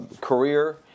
career